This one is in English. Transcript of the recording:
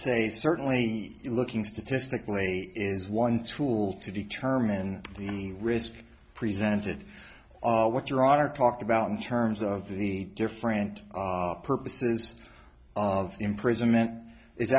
say certainly looking statistically is one tool to determine the risk presented what your author talked about in terms of the different purposes of imprisonment is